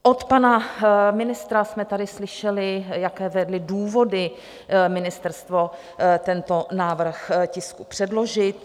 Od pana ministra jsme tady slyšeli, jaké důvody vedly ministerstvo tento návrh tisku předložit.